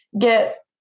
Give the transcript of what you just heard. get